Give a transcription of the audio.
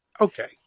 Okay